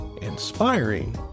inspiring